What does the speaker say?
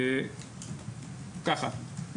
ככה: